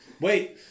Wait